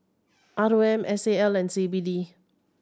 R O M S A L and C B D